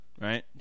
Right